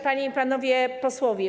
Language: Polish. Panie i Panowie Posłowie!